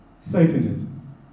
Satanism